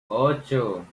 ocho